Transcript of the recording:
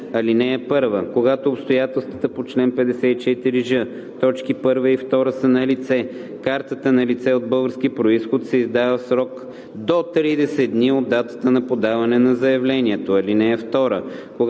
54и. (1) Когато обстоятелствата по чл. 54ж, т. 1 и 2 са налице, картата на лице от български произход се издава в срок до 30 дни от датата на подаване на заявлението; (2)